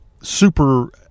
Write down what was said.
super